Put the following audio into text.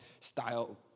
style